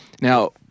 Now